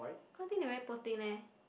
cause think they very poor thing leh